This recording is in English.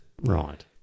Right